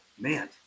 man